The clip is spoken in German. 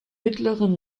mittleren